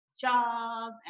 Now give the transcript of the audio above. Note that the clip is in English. job